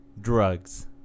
Drugs